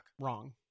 Wrong